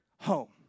home